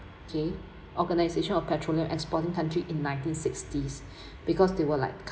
okay organisation of petroleum exporting country in nineteen sixties because they were like